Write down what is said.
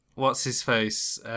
what's-his-face